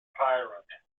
pyramid